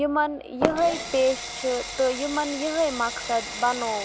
یِمن یِہوے پیش چھِ تہٕ یِمن یِہوے مقصد بَنوو